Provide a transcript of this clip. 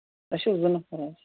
أسۍ چھِ زٕ نَفر حظ